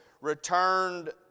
...returned